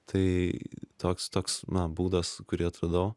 tai toks toks būdas kurį atradau